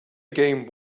game